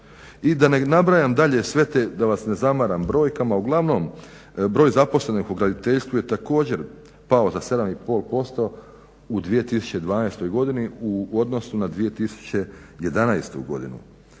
I da ne nabrajam dalje sve te, da vas ne zamaram brojkama. Uglavnom, broj zaposlenih u graditeljstvu je također pao za 7 i pol posto u 2012. godini u odnosu na 2011. godinu.